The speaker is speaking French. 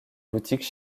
boutiques